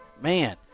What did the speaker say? man